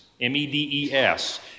M-E-D-E-S